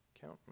Count